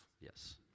Yes